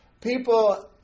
People